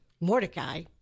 Mordecai